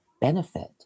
benefit